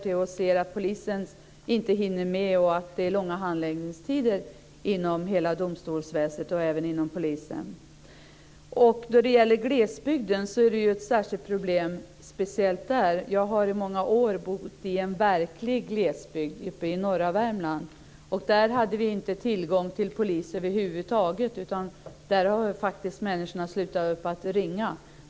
Vi kan se att polisen inte hinner med och att det är långa handläggningstider inom hela domstolsväsendet och även inom polisen. I glesbygden finns det ju ett särskilt problem. Jag har i många år bott i en verklig glesbygd uppe i norra Värmland. Där hade vi inte tillgång till polis över huvud taget. Där har faktiskt människorna slutat att ringa polisen.